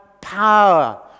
power